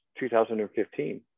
2015